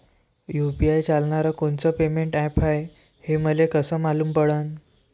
UPI चालणारं कोनचं payment app हाय, हे मले कस मालूम पडन?